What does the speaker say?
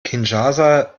kinshasa